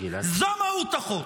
זו מהות החוק.